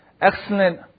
excellent